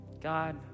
God